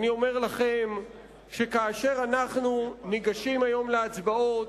אני אומר לכם שכאשר אנחנו ניגשים היום להצבעות,